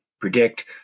predict